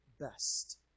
best